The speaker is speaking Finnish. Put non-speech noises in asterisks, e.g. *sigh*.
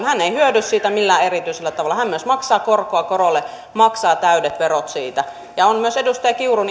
*unintelligible* hän ei hyödy siitä millään erityisellä tavalla hän myös maksaa korkoa korolle maksaa täydet verot siitä ja tämä malli on myös edustaja kiuru